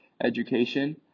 education